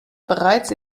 bereits